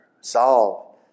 solve